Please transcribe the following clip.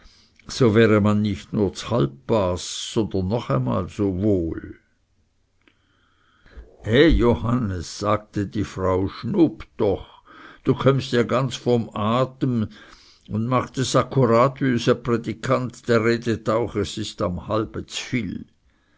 so wär man nicht nur ds halb bas sondern noch einmal so wohl eh johannes sagte die frau schnup doch du kömmst ja ganz vom atem und machst es akkurat wie üse predikant der redet auch es ist am halbe